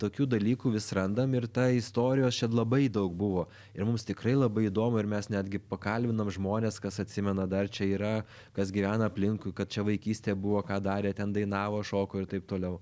tokių dalykų vis randam ir ta istorijos čia labai daug buvo ir mums tikrai labai įdomu ir mes netgi pakalbinam žmones kas atsimena dar čia yra kas gyvena aplinkui kad čia vaikystė buvo ką darė ten dainavo šoko ir taip toliau